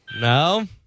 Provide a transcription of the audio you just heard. No